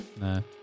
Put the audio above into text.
no